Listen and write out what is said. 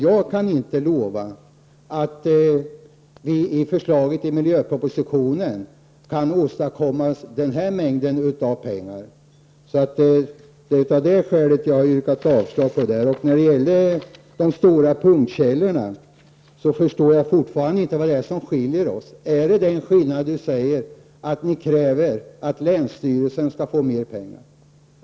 Jag kan inte lova att vi i förslaget i miljöpropositionen kan åstadkomma den här mängden pengar. Det är skälet till att jag har yrkat avslag. När det gäller de stora punktkällorna förstår jag fortfarande inte vad som skiljer oss åt. Ligger skillnaden i att ni kräver att länsstyrelsen skall få mer pengar?